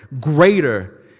greater